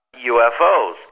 UFOs